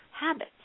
habits